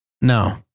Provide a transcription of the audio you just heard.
No